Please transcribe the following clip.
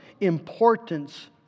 importance